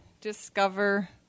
discover